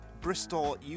Bristol